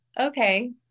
okay